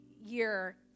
year